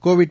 Covid